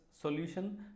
solution